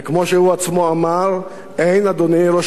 וכמו שהוא עצמו אמר, אין, אדוני ראש